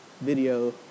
video